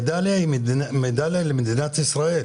המדליה היא למדינת ישראל,